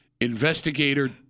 Investigator